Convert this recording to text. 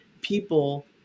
people